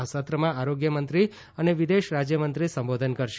આ સત્રમાં આરોગ્યમંત્રી અને વિદેશ રાજ્યમંત્રી સંબોધન કરશે